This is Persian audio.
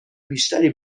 بیشتری